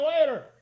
later